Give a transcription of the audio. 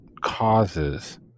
causes